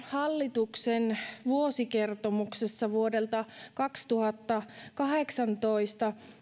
hallituksen vuosikertomuksessa vuodelta kaksituhattakahdeksantoista